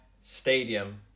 Stadium